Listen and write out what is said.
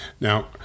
Now